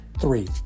Three